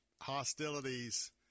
hostilities